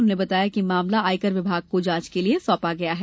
उन्होंने बताया कि मामला आयकर विभाग को जांच के लिए सौपा गया है